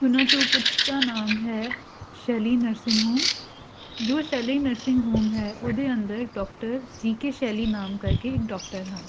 ਉਹਨਾਂ 'ਚੋਂ ਕੁਛ ਦਾ ਨਾਮ ਹੈ ਸ਼ੈਲੀ ਨਰਸਿੰਗ ਹੋਮ ਜੋ ਸ਼ੈਲੀ ਨਰਸਿੰਗ ਹੋਮ ਹੈ ਉਹਦੇ ਅੰਦਰ ਡੋਕਟਰ ਜੀ ਕੇ ਸ਼ੈਲੀ ਨਾਮ ਕਰਕੇ ਇੱਕ ਡੋਕਟਰ ਹਨ